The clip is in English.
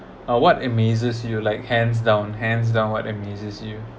uh what amazes you like hands down hands down what amazes you